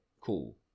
cool